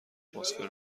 اتمسفر